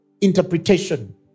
interpretation